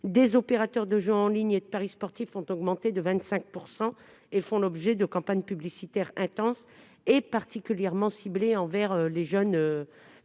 des opérateurs de jeux en ligne et de paris sportifs ont augmenté de 25 %. Ils donnent lieu à des campagnes publicitaires intenses et particulièrement ciblées sur les jeunes